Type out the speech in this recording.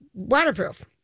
waterproof